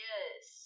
Yes